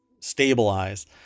stabilize